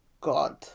god